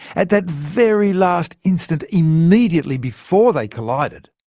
at that very last instant immediately before they collided,